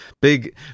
big